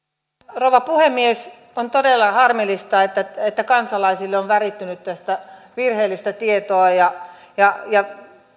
rouva puhemies on todella harmillista että että kansalaisille on värittynyt tästä virheellistä tietoa ja ja